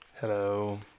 Hello